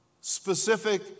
specific